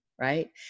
right